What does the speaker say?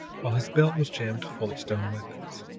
while his belt was jammed full of stone weapons.